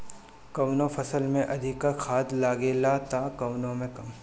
कवनो फसल में अधिका खाद लागेला त कवनो में कम